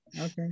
Okay